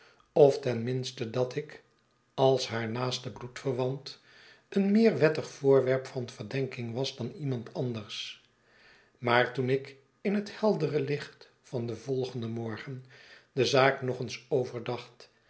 zuster often minste dat ik als haar naaste bloedverwant een meer wettig voorwerp van verdenking was dan iemand anders maar toen ik in het heldere licht van den volgenden morgen de zaak i nog eens overdacht